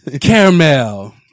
Caramel